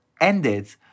ended